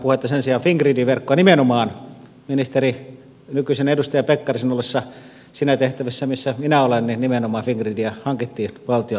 sen sijaan fingridin verkkoa nimenomaan ministerin nykyisen edustaja pekkarisen ollessa siinä tehtävässä missä minä olen hankittiin valtion omistukseen